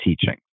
teaching